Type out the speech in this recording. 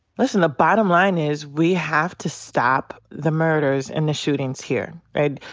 listen, the bottom line is we have to stop the murders and the shootings here, right?